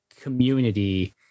community